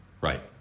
Right